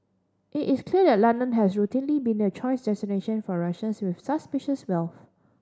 it is clear that London has routinely been the choice destination for Russians with suspicious wealth